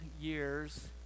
years